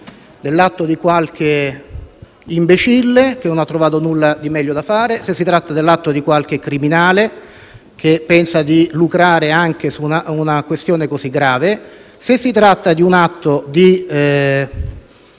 dell'atto di qualche imbecille, che non ha trovato nulla di meglio da fare; se si tratta dell'atto di qualche criminale, che pensa di lucrare anche su una questione così grave; se si tratta di un atto di